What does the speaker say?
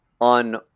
on